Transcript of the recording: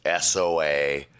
SOA